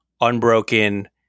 Unbroken